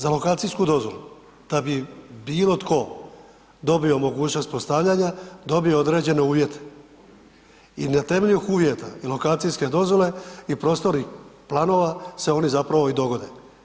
Za lokacijsku dozvolu da bi bilo tko dobio mogućnost postavljanja dobio određene uvjete i na temelju tih uvjeta i lokacijske dozvole i prostornih planova se oni zapravo i dogode.